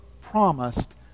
promised